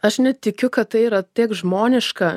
aš net tikiu kad tai yra tiek žmoniška